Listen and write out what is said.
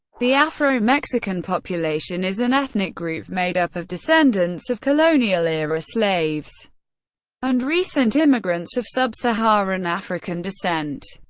the afro-mexican population is an ethnic group made up of descendants of colonial-era slaves and recent immigrants of sub-saharan african descent.